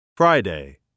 Friday